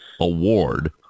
award